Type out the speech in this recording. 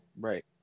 Right